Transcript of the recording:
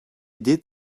did